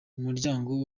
umuryango